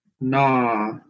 Nah